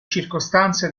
circostanze